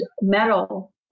metal